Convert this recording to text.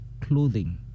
clothing